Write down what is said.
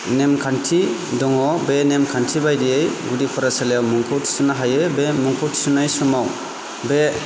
नेमखान्थि दङ दा बे नेमखान्थि बादियै फरायसालियाव मुंखौ थिसननो हायो बे मुंखौ थिसननाय समाव बे